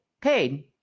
paid